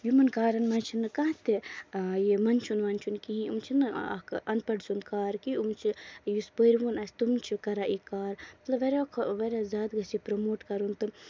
یِمن کارَن منٛز چھِ نہٕ کانہہ تہِ یہِ مَندچھُن وَنچھُن کِہِنۍ یِم چھِ نہٕ اکھ اَنپَڈ سُند کار کہِ یِم چھِ یُس پٔرۍوُن آسہِ تِم چھِ کران یہِ کار مطلب واریاہ واریاہ زیادٕ گژھِ یہِ پرموٹ کَرُن